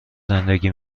زندگی